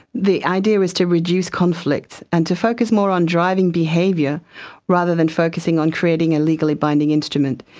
the idea is to reduce conflict and to focus more on driving behaviour rather than focusing on creating a legally binding instrument.